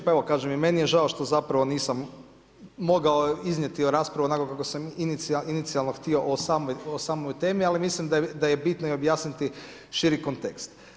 Pa evo kažem i meni je žao što zapravo nisam mogao iznijeti raspravu kako sam inicijalno htio o samoj temi ali mislim da je bitno i objasniti širi kontekst.